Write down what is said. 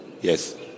yes